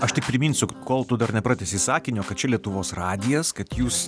aš tik priminsiu kol tu dar nepratęsei sakinio kad čia lietuvos radijas kad jūs